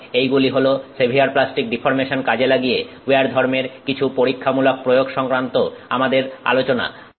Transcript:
সুতরাং এই গুলি হল সেভিয়ার প্লাস্টিক ডিফর্মেশন কাজে লাগিয়ে উইয়ার ধর্মের কিছু পরীক্ষামূলক প্রয়োগ সংক্রান্ত আমাদের আলোচনা